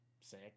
Sick